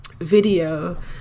video